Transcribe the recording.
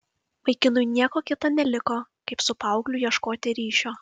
vaikinui nieko kita neliko kaip su paaugliu ieškoti ryšio